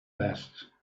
best